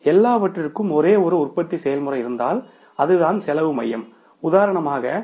எனவே எல்லாவற்றிற்கும் ஒரே ஒரு உற்பத்தி செயல்முறை இருந்தால் அதுதான் காஸ்ட் சென்டர்ம்